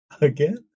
Again